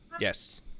Yes